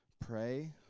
pray